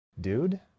Dude